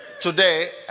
Today